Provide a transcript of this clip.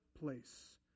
place